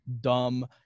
dumb